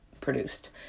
produced